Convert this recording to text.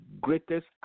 greatest